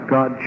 God